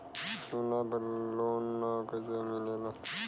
सोना पर loan कइसे मिलेला?